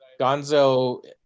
Gonzo